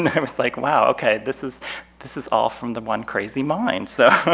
and it was like, wow, ok, this is this is all from the one crazy mind. so